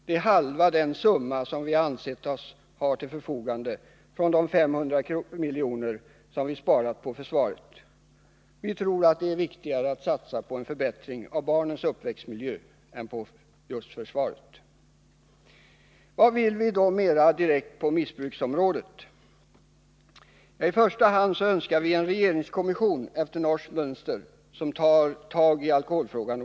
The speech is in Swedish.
Det är halva den summa som vi ansett oss ha till förfogande från de 500 milj.kr. som vi sparat på försvaret. Vi tror att det är viktigare att satsa på en förbättring av barnens uppväxtmiljö än på försvaret. Vad vill vi då mera direkt på missbruksområdet? I första hand önskar vi en regeringskommission efter norskt mönster som ordentligt tar tag i alkoholfrågan.